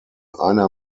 einer